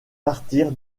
partir